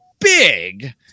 big